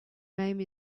name